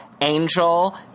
Angel